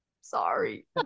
sorry